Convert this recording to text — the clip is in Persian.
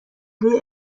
روی